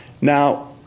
now